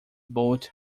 boat